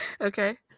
Okay